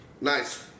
Nice